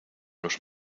los